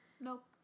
nope